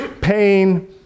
pain